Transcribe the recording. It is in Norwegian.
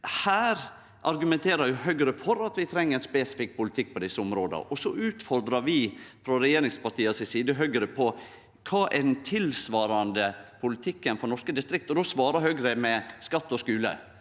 her argumenterer jo Høgre for at vi treng ein spesifikk politikk på desse områda, og så utfordrar vi frå regjeringspartia si side Høgre på kva den tilsvarande politikken for norske distrikt er, og då svarar Høgre med skatt og skule.